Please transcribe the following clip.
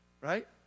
right